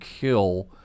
kill